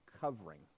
covering